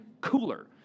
cooler